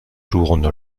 tourne